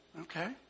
Okay